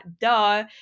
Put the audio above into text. duh